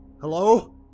hello